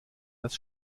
das